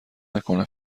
نکنه